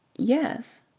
yes.